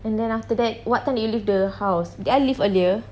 and then after that what time did you leave the house did I leave earlier